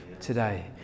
today